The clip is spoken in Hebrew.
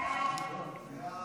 החלטת